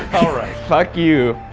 fuck you,